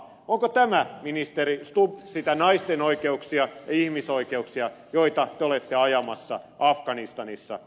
ovatko nämä ministeri stubb niitä naisten oikeuksia ja ihmisoikeuksia joita te olette ajamassa afganistanissa